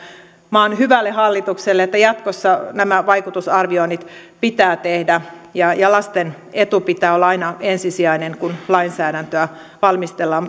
maan hyvälle hallitukselle että jatkossa nämä vaikutusarvioinnit pitää tehdä ja ja lasten edun pitää olla aina ensisijainen kun lainsäädäntöä valmistellaan